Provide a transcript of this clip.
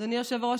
אדוני היושב-ראש,